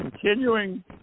continuing